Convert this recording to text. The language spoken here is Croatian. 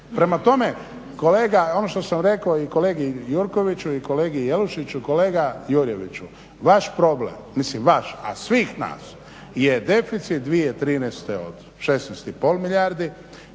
Prema tome kolega ono što sam rekao i kolegi Gjurkoviću i kolegi Jelušiću kolega Jurjeviću vaš problem, mislim vaš, a svih nas, je deficit 2013. od 16,5 milijardi,